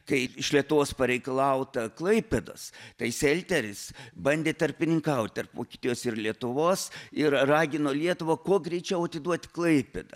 kaip iš lietuvos pareikalauta klaipėdos tai selteris bandė tarpininkauti tarp vokietijos ir lietuvos ir ragino lietuvą kuo greičiau atiduoti klaipėdą